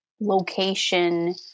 location